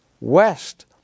west